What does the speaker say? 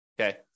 okay